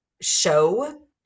show